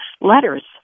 letters